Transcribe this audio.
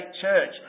church